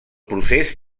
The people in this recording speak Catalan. procés